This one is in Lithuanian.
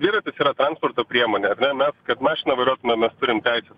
dviratis yra transporto priemonė ar ne mes kad mašiną vairuotume mes turim teises